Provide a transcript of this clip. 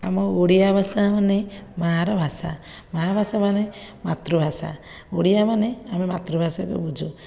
ଆମ ଓଡ଼ିଆ ଭାଷା ମାନେ ମା' ର ଭାଷା ମା' ଭାଷା ମାନେ ମାତୃଭାଷା ଓଡ଼ିଆ ମାନେ ଆମେ ମାତୃଭାଷାକୁ ବୁଝୁ